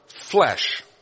flesh